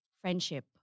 friendship